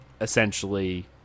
essentially